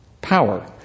power